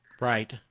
right